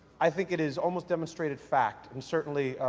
i think it is almost demonstrated fact and certainly,